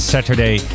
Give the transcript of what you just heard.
Saturday